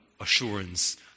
assurance